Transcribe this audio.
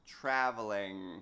traveling